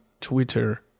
Twitter